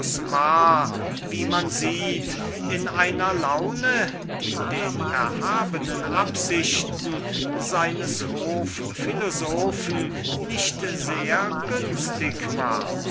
man sieht in einem humor der den erhabenen absichten seines hof philosophen nicht sehr günstig war